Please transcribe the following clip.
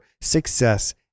success